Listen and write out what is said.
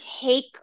take